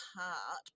heart